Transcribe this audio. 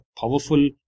powerful